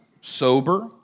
sober